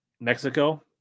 Mexico